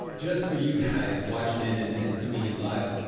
just for you guys watching in in and tuning in live,